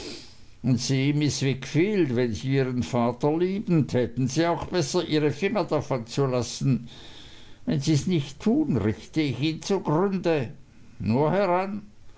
wickfield wenn sie ihren vater lieben täten auch besser ihre finger davon zu lassen wenn sies nicht tun richte ich ihn zugrunde nur heran